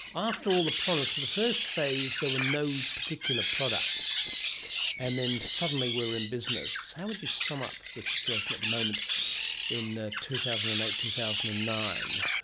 after all the promise, for the first phase there were no particular products and then suddenly we're in business. how would you sum up the situation at the moment in two thousand and eight two thousand and nine,